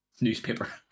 newspaper